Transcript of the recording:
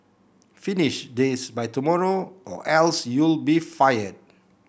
finish this by tomorrow or else you'll be fired